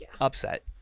upset